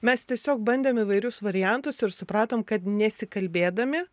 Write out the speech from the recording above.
mes tiesiog bandėm įvairius variantus ir supratom kad nesikalbėdami